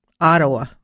Ottawa